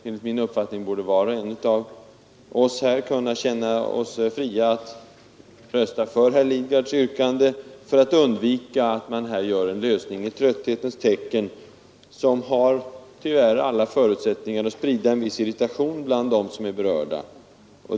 Enligt min uppfattning borde var och en av oss här kunna känna sig fri att rösta för herr Lidgards yrkande, för att undvika att man här åstadkommer en lösning i trötthetens tecken, som tyvärr har alla förutsättningar att sprida en viss irritation hos de berörda.